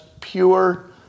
pure